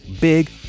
big